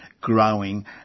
growing